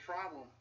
problem